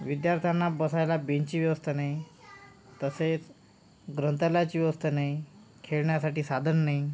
विद्यार्थ्यांना बसायला बेंचची व्यवस्था नाही तसेच ग्रंथालयाची व्यवस्था नाही खेळण्यासाठी साधन नाही